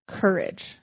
courage